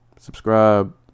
subscribe